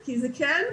כי זה כן?